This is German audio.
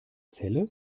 celle